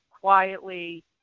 quietly